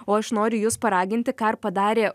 o aš noriu jus paraginti ką ir padarė